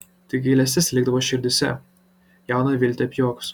tik gailestis likdavo širdyse jauną viltį apjuokus